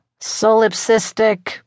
solipsistic